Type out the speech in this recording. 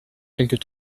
quelques